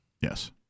Yes